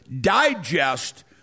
digest